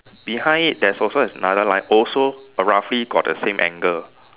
behind it there's also another line also roughly got the same angle